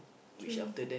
true